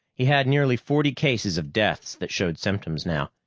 he had nearly forty cases of deaths that showed symptoms now,